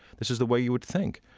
this is the way you would think.